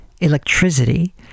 electricity